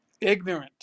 ignorant